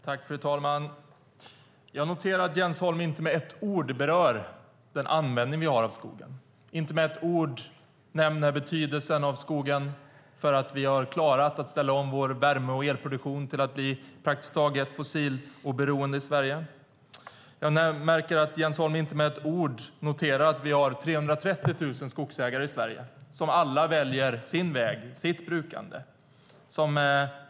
Fru talman! Jag noterar att Jens Holm inte med ett ord berör den nytta vi har av skogen. Han nämner inte skogens betydelse för att vi har klarat att ställa om vår värme och elproduktion till att bli praktiskt taget fossiloberoende. Jens Holm nämner inte med ett ord att vi i Sverige har 330 000 skogsägare som alla väljer sin väg och sitt brukande.